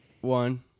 one